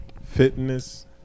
Fitness